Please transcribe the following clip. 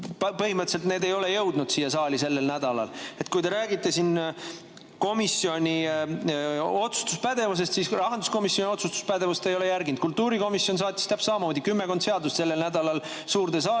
Põhimõtteliselt need ei ole jõudnud siia saali sellel nädalal. Kui te räägite siin komisjoni otsustuspädevusest, siis rahanduskomisjoni otsustuspädevust te ei ole järginud, kultuurikomisjon saatis täpselt samamoodi kümmekond seadust sellel nädalal suurde saali